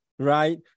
right